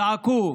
זעקו,